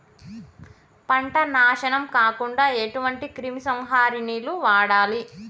పంట నాశనం కాకుండా ఎటువంటి క్రిమి సంహారిణిలు వాడాలి?